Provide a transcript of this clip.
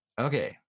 Okay